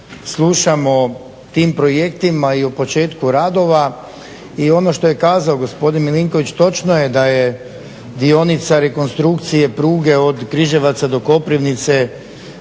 slušamo o tim projektima i o početku radova i ono što je kazao gospodin Milinković, točno je da je dionica rekonstrukcije pruge od Križevaca do Koprivnice